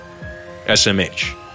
SMH